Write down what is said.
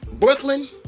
Brooklyn